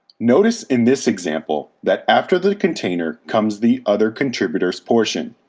notice in this example that after the container comes the other contributors portion.